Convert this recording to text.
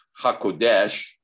hakodesh